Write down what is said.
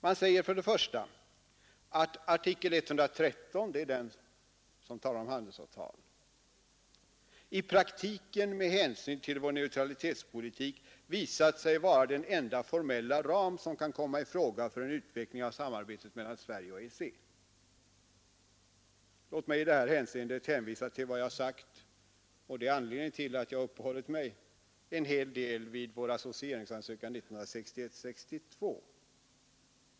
Man säger först att artikel 113 — det är den som handlar om handelsavtal — i praktiken, med hänsyn till vår neutralitetspolitik, visat sig vara den enda formella ram som kan komma i fråga för en utveckling av samarbetet mellan Sverige och EEC. Låt mig i det hänseendet hänvisa till vad jag sagt om vår ansökan om associering år 1961 och 1962, som jag ju här uppehållit mig en hel del vid.